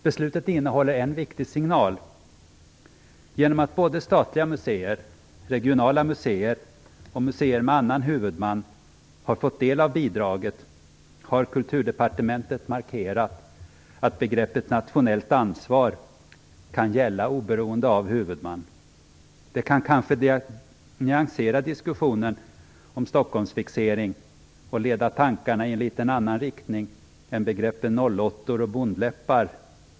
Beslutet innehåller en viktig signal; genom att både statliga och regionala museer och museer med annan huvudman har fått del av bidraget har Kulturdepartementet markerat att begreppet "nationellt ansvar" kan gälla oberoende av huvudman. Det kan kanske nyansera diskussionen om Stockholmsfixering och leda tankarna i en något annan inriktning än begreppen nollåttor och bondläppar.